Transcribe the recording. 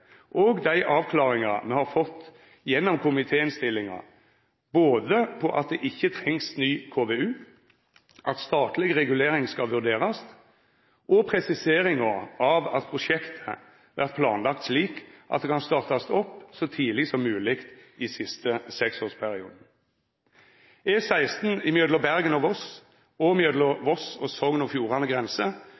og dei avklaringar me har fått gjennom komitéinnstillinga om at det ikkje trengst ny KVU, at statleg regulering skal vurderast, og presiseringa av at prosjektet vert planlagt slik at det kan startast opp så tidleg som mogleg i den siste seksårsperioden. El6 mellom Bergen og Voss og mellom Voss og Sogn og Fjordane